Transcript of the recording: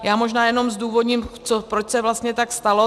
Já možná jenom zdůvodním, proč se vlastně tak stalo.